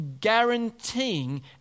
guaranteeing